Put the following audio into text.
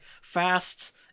fast